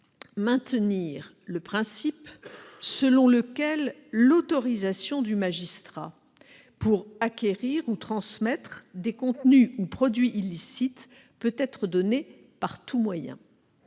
maintenir le principe selon lequel l'autorisation du magistrat pour acquérir ou transmettre des contenus ou produits illicites peut être donnée par tout moyen.